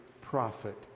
prophet